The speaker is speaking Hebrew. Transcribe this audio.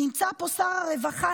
נמצא פה שר הרווחה,